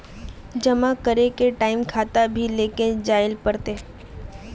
जमा करे के टाइम खाता भी लेके जाइल पड़ते?